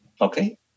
okay